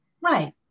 Right